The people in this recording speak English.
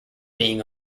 being